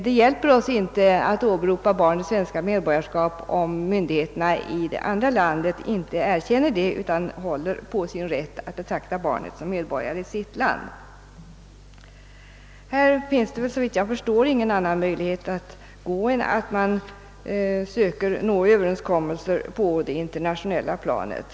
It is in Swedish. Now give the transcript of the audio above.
Det hjälper oss inte att åberopa barnets svenska medborgarskap om myndigheterna i det andra landet inte erkänner detta utan håller på sin rätt att betrakta barnet som medborgare i sitt land. Här finns såvitt jag förstår ingen annan möjlighet än att försöka nå överenskommelser på det internationella planet.